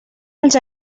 els